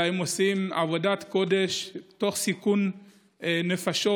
עושים עבודת קודש תוך סיכון נפשות,